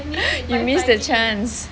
you missed the chance